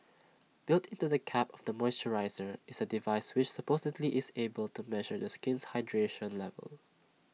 built into the cap of the moisturiser is A device which supposedly is able to measure the skin's hydration levels